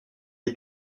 les